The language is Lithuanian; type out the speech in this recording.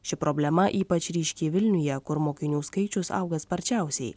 ši problema ypač ryški vilniuje kur mokinių skaičius auga sparčiausiai